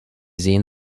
sehen